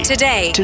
Today